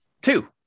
Two